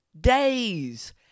days